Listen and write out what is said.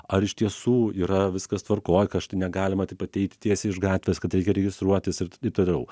ar iš tiesų yra viskas tvarkoj kad štai negalima taip ateit tiesiai iš gatvės kad reikia registruotis ir taip toliau